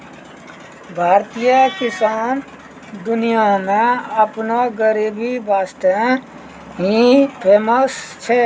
भारतीय किसान दुनिया मॅ आपनो गरीबी वास्तॅ ही फेमस छै